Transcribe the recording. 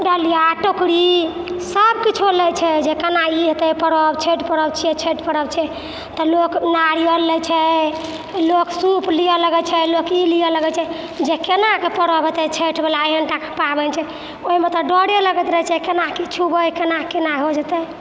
डलिआ टोकरी सबकिछु लै छै जे कोना ई हेतै परव छैठ परव छिए छैठ परव छै तऽ लोक नारिअर लै छै लोक सूप लिअ लगै छै लोक ई लिअ लगै छै जे कोनाकऽ परव हेतै छैठवला एहनटा पाबनि छै ओहिमे तऽ डरे लगैत रहै छै कि कोना की छुबै कोना कोना हो जेतै